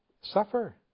suffer